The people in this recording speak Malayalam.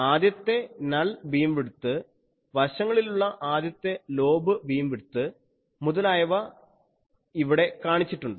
ആദ്യത്തെ നൾ ബീം വിഡ്ത്ത് വശങ്ങളിലുള്ള ആദ്യത്തെ ലോബ് ബീം വിഡ്ത്ത് മുതലായവ ഇവിടെ കാണിച്ചിട്ടുണ്ട്